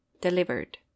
Delivered